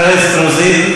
חברת הכנסת רוזין,